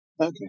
Okay